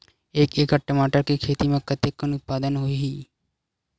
एक एकड़ टमाटर के खेती म कतेकन उत्पादन होही?